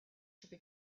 should